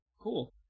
Cool